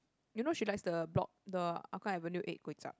you know she likes the block the Hougang avenue eight kway-chap